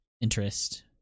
interest